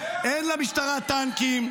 --- אין למשטרה טנקים,